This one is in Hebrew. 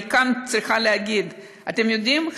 אני כאן צריכה להגיד: אתם יודעים,